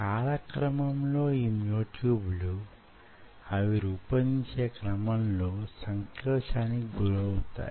కాల క్రమంలో యీ మ్యో ట్యూబ్ లు అవి రూపొందే క్రమంలో సంకోచానికి గురవుతాయి